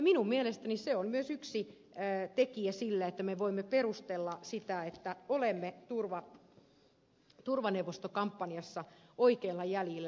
minun mielestäni se on myös yksi tekijä sille että me voimme perustella sitä että olemme turvaneuvostokampanjassa oikeilla jäljillä